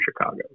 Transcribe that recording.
Chicago